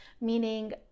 Meaning